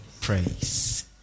praise